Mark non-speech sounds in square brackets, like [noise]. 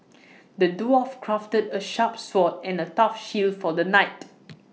[noise] the dwarf crafted A sharp sword and A tough shield for the knight